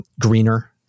greener